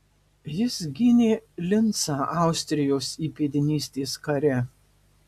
jis gynė lincą austrijos įpėdinystės kare